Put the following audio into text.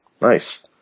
Nice